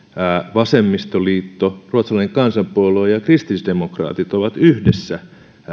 vasemmistoliitto ruotsalainen kansanpuolue ja kristillisdemokraatit ovat yhdessä